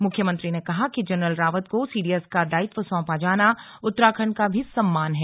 मुख्यमंत्री ने कहा कि जनरल रावत को सीडीएस का दायित्व सौंपा जाना उत्तराखण्ड का भी सम्मान है